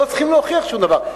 לא צריכים להוכיח שום דבר.